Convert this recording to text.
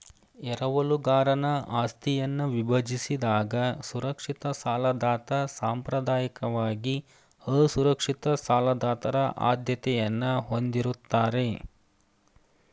ಎರವಲುಗಾರನ ಆಸ್ತಿಯನ್ನ ವಿಭಜಿಸಿದಾಗ ಸುರಕ್ಷಿತ ಸಾಲದಾತ ಸಾಂಪ್ರದಾಯಿಕವಾಗಿ ಅಸುರಕ್ಷಿತ ಸಾಲದಾತರ ಆದ್ಯತೆಯನ್ನ ಹೊಂದಿರುತ್ತಾರೆ